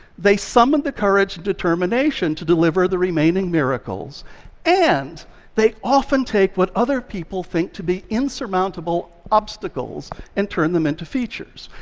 they summon the courage and determination to deliver the remaining miracles and they often take what other people think to be insurmountable obstacles and turn them into features.